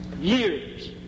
years